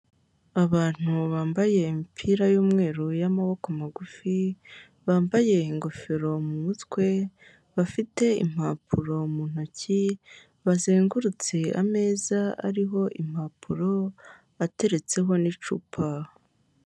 Abantu bambaye imipira y'umweru y'amaboko magufi, bambaye ingofero mu mutwe, bafite impapuro mu ntoki, bazengurutse ameza ariho impapuro ateretseho n'icupa.